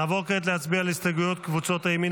נעבור כעת להצביע על הסתייגויות קבוצת הימין